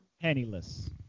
Penniless